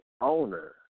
owner